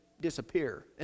disappear